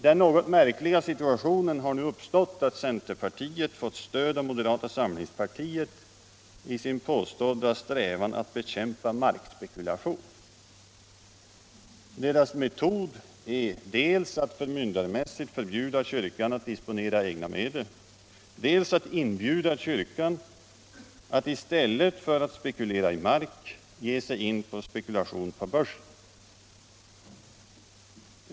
Den något märkliga situationen har nu uppstått att centerpartiet har fått stöd av moderata samlingspartiet i sin påstådda strävan att bekämpa markspekulation. Deras metod är dels att förmyndarmässigt förbjuda kyrkan att disponera egna medel, dels att inbjuda kyrkan att i stället för att spekulera i mark ge sig in i spekulation på börsen.